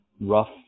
rough